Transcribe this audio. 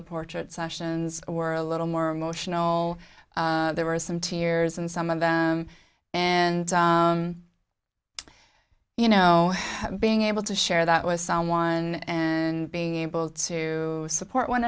the portrait sessions were a little more emotional there were some tears and some of them and you know being able to share that with someone and being able to support one